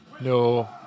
no